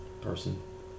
person